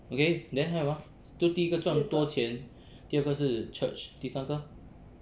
okay then 还有吗第一个赚多钱第二个是 church 第三个